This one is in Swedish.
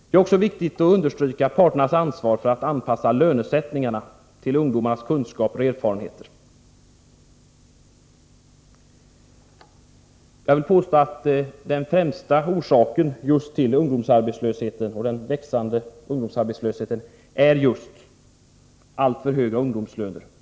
Det är också viktigt att understryka parternas ansvar för att anpassa lönesättningen till ungdomarnas kunskaper och erfarenheter. Jag vill påstå att den främsta orsaken till den växande ungdomsarbetslösheten är just alltför höga ungdomslöner.